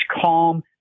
calm